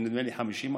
נדמה לי 50%,